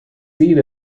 seat